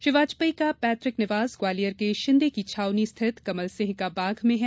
श्री वाजपेयी का पेतृक निवास ग्वालियर के शिन्दे की छावनी स्थित कमलसिंह का बाग में है